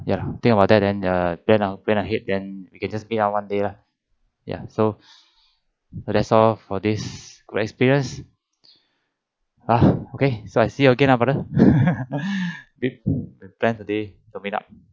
ya think about that then err then plan ahead then we can just meet up one day lah ya so that's all for this good experience ah okay so I see again ah brother we plan a day to meet up